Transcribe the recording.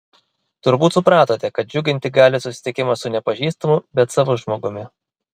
turbūt supratote kad džiuginti gali susitikimas su nepažįstamu bet savu žmogumi